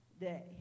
day